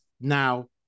Now